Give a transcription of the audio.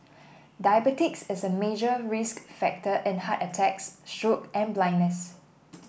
diabetes is a major risk factor in heart attacks stroke and blindness